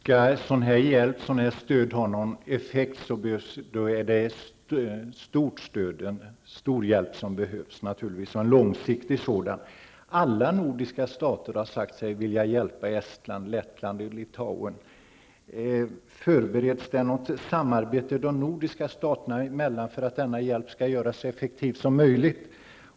Fru talman! Det behövs ett stort stöd och en långsiktig hjälp om det skall ha någon effekt. Alla nordiska stater har sagt sig vilja hjälpa Estland, Lettland och Litauen. Förbereds det något samarbete de nordiska staterna emellan för att denna hjälp skall göras så effektiv som möjligt?